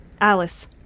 Alice